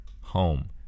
home